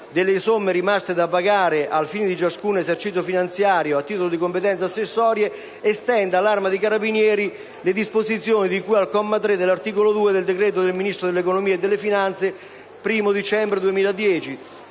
delle somme rimaste da pagare alla fine di ciascun esercizio finanziario a titolo di competenze accessorie, estende all'Arma dei carabinieri le disposizioni di cui al comma 3 dell'articolo 2 del decreto del Ministro dell'economia e delle finanze 1° dicembre 2010